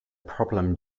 problem